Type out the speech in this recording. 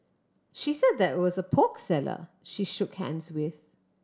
she said that was a pork seller she shook hands with